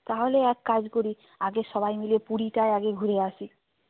তাহলে এক কাজ করি আগে সবাই মিলে পুরীটায় আগে ঘুরে আসি